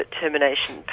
termination